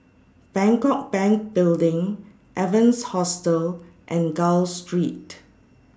Bangkok Bank Building Evans Hostel and Gul Street